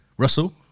Russell